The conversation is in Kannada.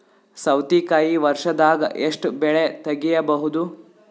ಸೌತಿಕಾಯಿ ವರ್ಷದಾಗ್ ಎಷ್ಟ್ ಬೆಳೆ ತೆಗೆಯಬಹುದು?